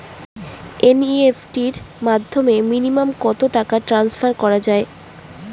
NEFT র মাধ্যমে minimum কত টাকা ট্রান্সফার করা যায়?